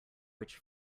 which